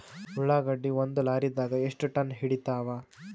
ಉಳ್ಳಾಗಡ್ಡಿ ಒಂದ ಲಾರಿದಾಗ ಎಷ್ಟ ಟನ್ ಹಿಡಿತ್ತಾವ?